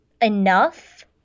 enough